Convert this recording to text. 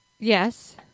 Yes